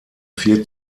vier